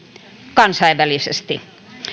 kansainvälisesti